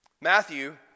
Matthew